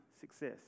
success